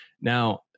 Now